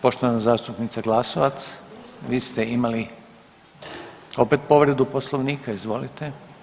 Poštovana zastupnica Glasovac vi ste imali opet povredu Poslovnika, izvolite.